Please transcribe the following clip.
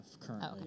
currently